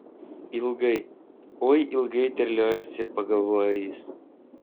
ilgai oi ilgai terliojasi pagalvojo jis